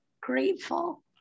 grateful